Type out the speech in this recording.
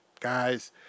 Guys